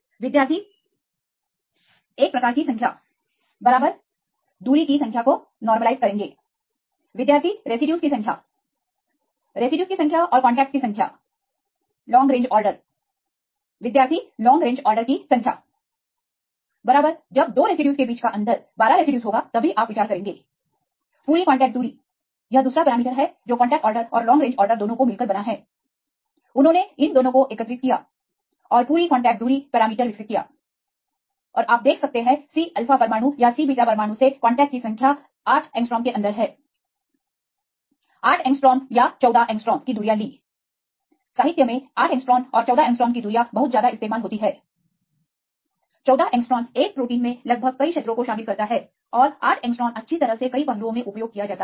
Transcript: विद्यार्थी प्रकार 1 की संख्या बराबर दूरी जुदाई की संख्या को नॉर्मलाईज करेंगे विद्यार्थी रेसिड्यूज की संख्या रेसिड्यूज की संख्या और कांटेक्टस की संख्या लॉन्ग रेंज ऑर्डर विद्यार्थी लॉन्ग रेंजआर्डर की संख्या बराबर जब दो रेसिड्यूज के बीच का अंतर 12 रेसिड्यूज होगा तभी आप विचार करेंगे पूरी कांटेक्ट दूरी यह दूसरा पैरामीटर हैwhich जो कांटेक्ट ऑर्डर और लॉन्ग रेंज ऑर्डर दोनों को मिलकर बना है उन्होंने इन दोनों को एकत्रित किया और पूरी कांटेक्ट दूरी पैरामीटर विकसित किया और आप देख सकते हैं C अल्फा परमाणु या C बीटा परमाणुसे कांटेक्ट की संख्या 8 एंगस्ट्रांम के अंदर है 14 एंगस्ट्रांम C अल्फाऔरC बीटा परमाणु उन्होंने 8 angstrom 14 angstrom चौकी यह दूरियां साहित्य में बहुत ज्यादा इस्तेमाल होती है14 angstrom 14 एंगस्ट्रॉम एक प्रोटीन में लगभग कई क्षेत्रों को शामिल करता है और 8 एंगस्ट्रॉम अच्छी तरह से कई पहलुओं में उपयोग किया जाता है